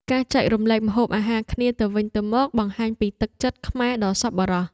ការចែករំលែកម្ហូបអាហារគ្នាទៅវិញទៅមកបង្ហាញពីទឹកចិត្តខ្មែរដ៏សប្បុរស។